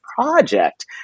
project